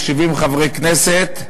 אז 70 חברי כנסת,